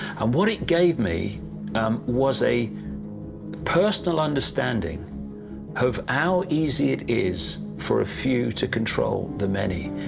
um what it gave me was a personal understanding of how easy it is for a few to control the many.